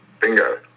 bingo